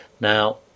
now